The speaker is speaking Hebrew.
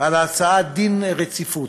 דין רציפות.